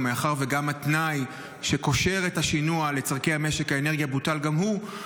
מאחר שהתנאי שקושר את השינוע לצורכי משק האנרגיה בוטל גם הוא.